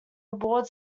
aboard